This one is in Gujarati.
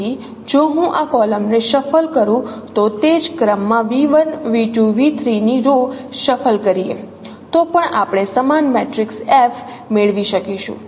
તેથી જો હું આ કોલમ ને શફલ કરું તો તે જ ક્રમ માં v1 v2 v3 ની રો શફલ કરીએ તો પણ આપણે સમાન મેટ્રિક્સ f મેળવી શકીશું